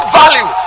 value